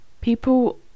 People